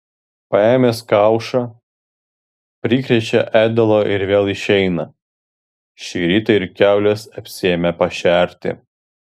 paėmęs kaušą prikrečia ėdalo ir vėl išeina šį rytą ir kiaules apsiėmė pašerti